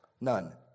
None